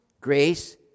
grace